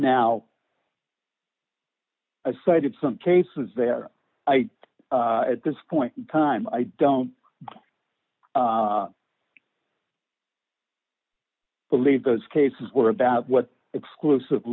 now i cited some cases there at this point in time i don't believe those cases were about what exclusive